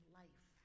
life